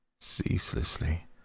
ceaselessly